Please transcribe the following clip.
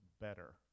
better